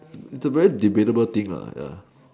it's a very debatable thing ya